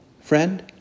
friend